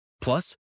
Plus